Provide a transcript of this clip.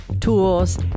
tools